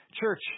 Church